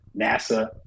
NASA